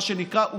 מה שנקרא,